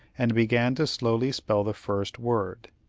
and began to slowly spell the first word,